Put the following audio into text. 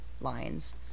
lines